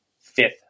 fifth